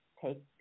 take